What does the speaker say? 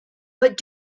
but